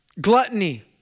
gluttony